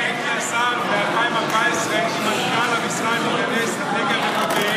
הייתי ב-2014 מנכ"ל המשרד לענייני אסטרטגיה ומודיעין.